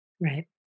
Right